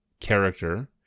character